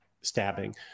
stabbing